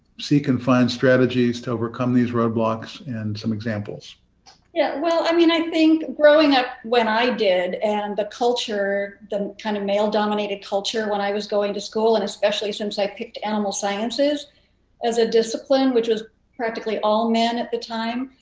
seek and find strategies to overcome these road blocks and some examples yeah well i mean i think growing up when i did and the culture, the kind of male-dominated culture when i was going to school and especially since i picked animal sciences as a discipline which was practically all men at the time,